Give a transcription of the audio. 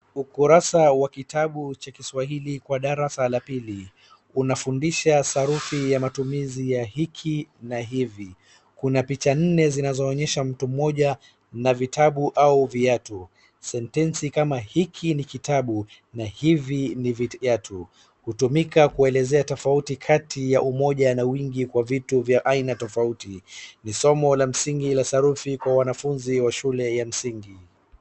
Ukurasa wa kitabu cha kiswahili kwa darasa la pili. Unafundisha sarufi ya matumizi ya hiki na hivi. Kuna picha nne zinazoonyesha mtu mmoja na vitabu au viatu. Sentensi kama hiki ni kitabu na hivi ni viatu hutumika kuelezea tofauti kati ya umoja na wingi wa vitu vya aina tofauti. Ni somo la msingi la sarufu kwa wanafunzi wa shule ya msingi.